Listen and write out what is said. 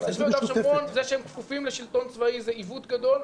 תושבי יהודה ושומרון זה שהם כפופים לשלטון צבאי זה עיוות גדול,